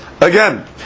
again